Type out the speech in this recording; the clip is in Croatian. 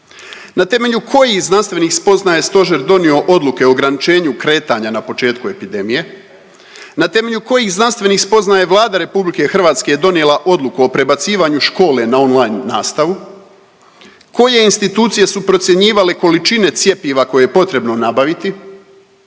Na temelju kojih znanstvenih spoznaja je Stožer donio odluke o ograničenju kretanja na početku epidemije? Na temelju kojih znanstvenih spoznaja je Vlada RH donijela odluku o prebacivanju škole na online nastavu? Koje institucije su procjenjivale količine cjepiva koje je potrebno nabaviti?